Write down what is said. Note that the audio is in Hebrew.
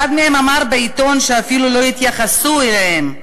אחד מהם אמר בעיתון שאפילו לא התייחסו אליהם.